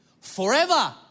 forever